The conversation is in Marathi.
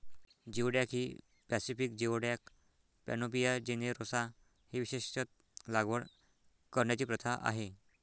जिओडॅक ही पॅसिफिक जिओडॅक, पॅनोपिया जेनेरोसा ही विशेषत लागवड करण्याची प्रथा आहे